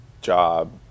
job